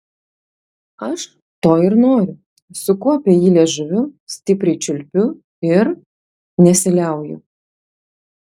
aš to ir noriu suku apie jį liežuviu stipriai čiulpiu ir nesiliauju